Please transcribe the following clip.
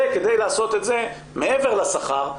כדי לעשות את זה מעבר לשכר,